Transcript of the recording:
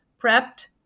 prepped